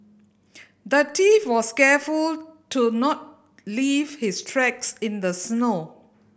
the thief was careful to not leave his tracks in the snow